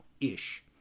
ish